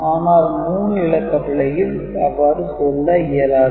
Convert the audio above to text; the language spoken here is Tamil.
ஆனால் 3 இலக்க பிழையில் அவ்வாறு சொல்ல இயலாது